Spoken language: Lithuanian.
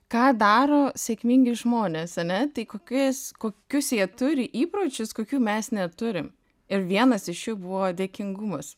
ką daro sėkmingi žmonės ane tai kokias kokius jie turi įpročius kokių mes neturim ir vienas iš jų buvo dėkingumas